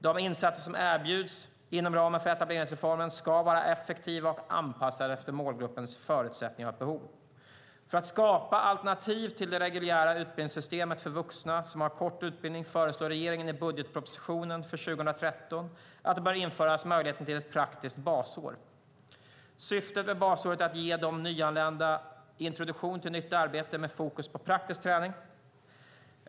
De insatser som erbjuds inom ramen för etableringsreformen ska vara effektiva och anpassade efter målgruppens förutsättningar och behov. För att skapa alternativ till det reguljära utbildningssystemet för vuxna som har kort utbildning föreslår regeringen i budgetpropositionen för 2013 att det bör införas möjlighet till ett praktiskt basår. Syftet med basåret är att ge de nyanlända introduktion till nytt arbete med fokus på praktisk träning.